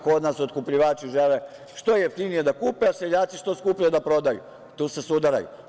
Kod nas otkupljivači žele što jeftinije da kupe, a seljaci što skuplje da prodaju i tu se sudaraju.